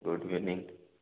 good evening